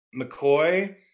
McCoy